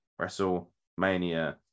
WrestleMania